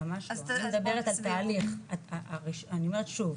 ממש לא, אני מדבר על תהליך, אני אומרת שוב,